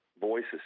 voices